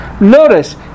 Notice